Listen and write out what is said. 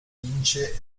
vince